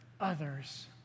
others